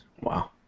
Wow